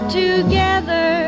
together